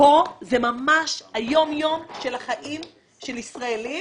כאן זה ממש היום יום של החיים של ישראלים